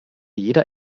jeder